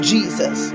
Jesus